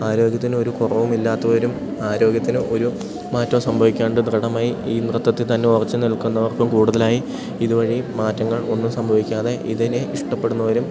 ആരോഗ്യത്തിന് ഒരു കുറവുമില്ലാത്തവരും ആരോഗ്യത്തിന് ഒരു മാറ്റം സംഭവിക്കാണ്ട് ദൃഢമായി ഈ നൃത്തത്തിൽ തന്നെ ഉറച്ച് നിൽക്കുന്നവർക്കും കൂടുതലായി ഇതു വഴി മാറ്റങ്ങൾ ഒന്നും സംഭവിക്കാതെ ഇതിനെ ഇഷ്ടപ്പെടുന്നവരും